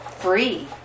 free